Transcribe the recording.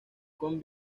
con